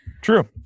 True